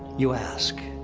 you ask.